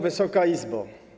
Wysoka Izbo!